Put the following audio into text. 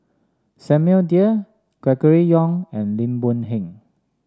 Samuel Dyer Gregory Yong and Lim Boon Heng